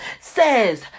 says